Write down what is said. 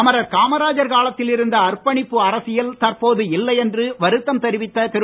அமரர் காமராஜர் காலத்தில் இருந்த அர்ப்பணிப்பு அரசியல் தற்போது இல்லை என்று வருத்தம் தெரிவித்த திரு